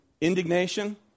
indignation